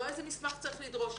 לא איזה מסמך צריך לדרוש,